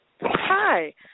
Hi